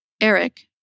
Eric